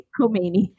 Khomeini